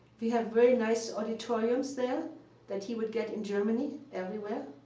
we had very nice auditoriums there that he would get in germany everywhere.